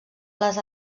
les